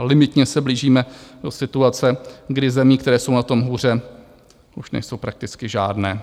Limitně se blížíme do situace, kdy země, které jsou na tom hůře, už nejsou prakticky žádné.